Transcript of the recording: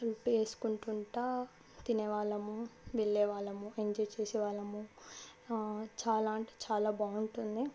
food చేసుకుంటుంటా తినేవాళ్ళము వెళ్లేవాళ్ళము ఎంజాయ్ చేసే వాళ్ళము చాలా అంటే చాలా బాగుంటుంది